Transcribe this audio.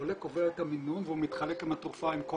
החולה קובע את המינון והוא מתחלק עם התרופה עם כל